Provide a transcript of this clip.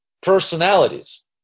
personalities